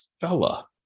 fella